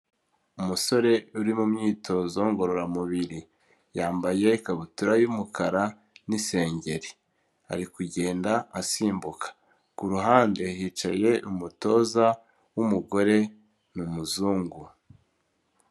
Umusore uri mu myitozo ngororamubiri, yambaye ikabutura y'umukara n'isengeri, ari kugenda asimbuka, ku ruhande hicaye umutoza w'umugore ni umuzungu.